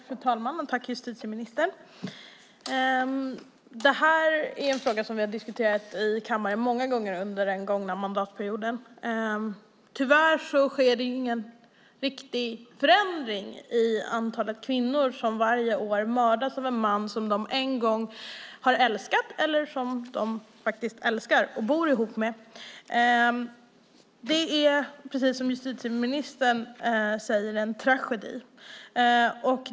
Fru talman! Jag tackar justitieministern. Detta är en fråga som vi har diskuterat många gånger i kammaren under den gångna mandatperioden. Tyvärr sker det ingen riktig förändring i antalet kvinnor som varje år mördas av en man som de en gång har älskat eller som de älskar och bor ihop med. Det är, precis som justitieministern säger, en tragedi.